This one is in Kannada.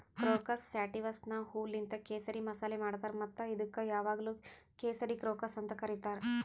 ಕ್ರೋಕಸ್ ಸ್ಯಾಟಿವಸ್ನ ಹೂವೂಲಿಂತ್ ಕೇಸರಿ ಮಸಾಲೆ ಮಾಡ್ತಾರ್ ಮತ್ತ ಇದುಕ್ ಯಾವಾಗ್ಲೂ ಕೇಸರಿ ಕ್ರೋಕಸ್ ಅಂತ್ ಕರಿತಾರ್